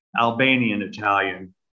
Albanian-Italian